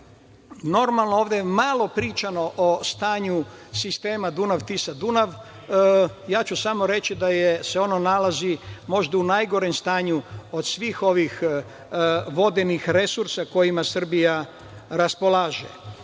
Tisu. Normalno, ovde je malo pričano o stanju sistema Dunav-Tisa-Dunav. Ja ću samo reći da se ono nalazi u najgorem stanju od svih ovih vodenih resursa kojima Srbija raspolaže.